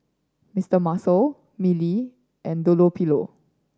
Mister Muscle Mili and Dunlopillo